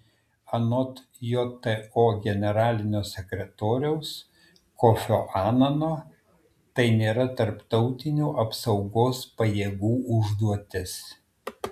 anot jto generalinio sekretoriaus kofio anano tai nėra tarptautinių apsaugos pajėgų užduotis